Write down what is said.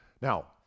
Now